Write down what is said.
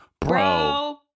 Bro